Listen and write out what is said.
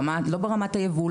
לא ברמת הייבוא,